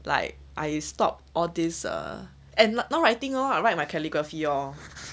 like I stopped all this err and now writing lor write my calligraphy lor